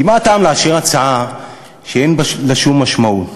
כי מה הטעם לאשר הצעה שאין לה שום משמעות?